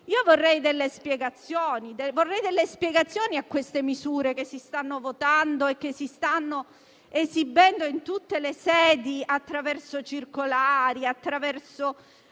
vorrei delle spiegazioni a queste misure che si stanno votando e che si stanno esibendo in tutte le sedi attraverso circolari e atti